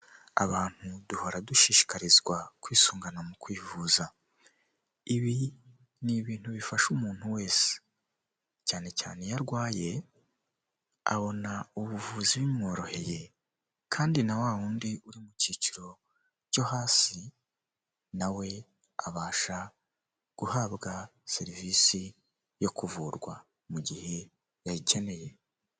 Icyumba kigaragara nkaho hari ahantu bigira ikoranabuhanga, hari abagabo babiri ndetse hari n'undi utari kugaragara neza, umwe yambaye ishati y'iroze undi yambaye ishati y'umutuku irimo utubara tw'umukara, imbere yabo hari amaterefoni menshi bigaragara ko bari kwihugura.